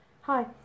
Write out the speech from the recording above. Hi